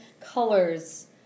colors